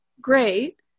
great